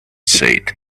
said